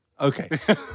Okay